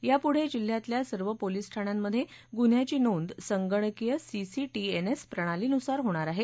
या पुढे जिल्ह्यातल्या सर्व पोलीस ठाण्यांमध्ये गुन्ह्याची नोंद संगणकीय सिसिटीएनएस प्रणाली नुसार होणार आहे